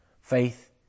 faith